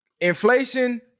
inflation